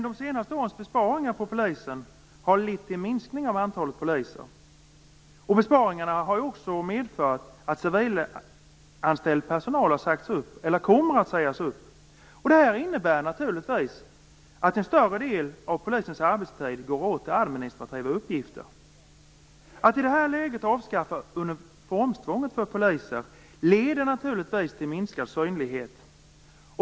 De senaste årens besparingar på polisen har lett till en minskning av antalet poliser. Besparingarna har också medfört att civilanställd personal har sagts upp eller kommer att sägas upp. Detta innebär naturligtvis att en större del av polisens arbetstid går åt till administrativa uppgifter. Att i detta läge avskaffa uniformstvånget för poliser leder naturligtvis till minskad synlighet.